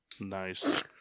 Nice